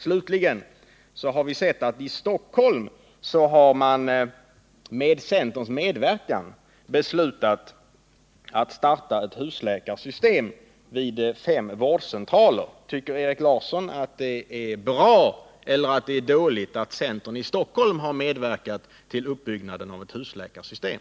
Slutligen har vi sett att i Stockholm har man med centerns medverkan beslutat starta ett husläkarsystem vid fem vårdcentraler. Tycker Erik Larsson att det är bra eller att det är dåligt att centern i Stockholm har medverkat till uppbyggnaden av ett husläkarsystem?